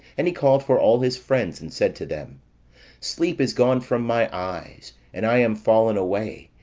and he called for all his friends, and said to them sleep is gone from my eyes, and i am fallen away,